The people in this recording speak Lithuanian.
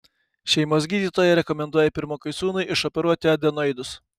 šeimos gydytoja rekomenduoja pirmokui sūnui išoperuoti adenoidus